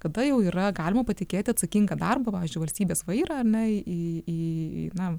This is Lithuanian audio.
kada jau yra galima patikėti atsakingą darbą pavyzdžiui valstybės vairą ar ne į į na